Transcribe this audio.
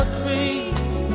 trees